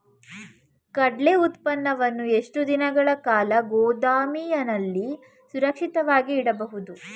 ಕಡ್ಲೆ ಉತ್ಪನ್ನವನ್ನು ಎಷ್ಟು ದಿನಗಳ ಕಾಲ ಗೋದಾಮಿನಲ್ಲಿ ಸುರಕ್ಷಿತವಾಗಿ ಇಡಬಹುದು?